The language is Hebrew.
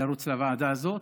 לרוץ לוועדה הזאת,